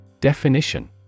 Definition